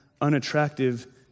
unattractive